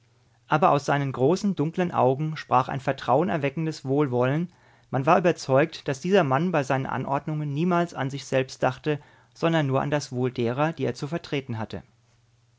aber aus seinen großen dunklen augen sprach ein vertrauen erweckendes wohlwollen man war überzeugt daß dieser mann bei seinen anordnungen niemals an sich selbst dachte sondern nur an das wohl derer die er zu vertreten hatte